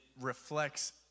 reflects